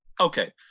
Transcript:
Okay